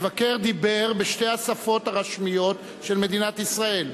המבקר דיבר בשתי השפות הרשמיות של מדינת ישראל,